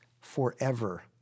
forever